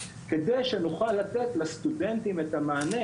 כדי שנוכל לתת לסטודנטים את המענה,